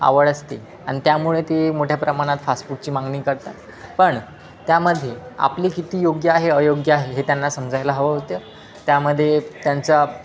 आवड असते आणि त्यामुळे ते मोठ्या प्रमाणात फास फूडची मागणी करतात पण त्यामध्ये आपली किती योग्य आहे अयोग्य आहे हे त्यांना समजायला हवं होतं त्यामध्ये त्यांचा